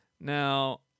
Now